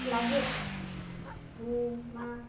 লাগে দুইমাহ